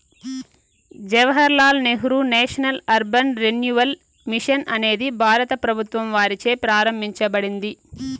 Jawahar Lal Nehru national urban renewal mission అనేది భారత ప్రభుత్వం వారిచే ప్రారంభించబడింది